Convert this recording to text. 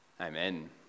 Amen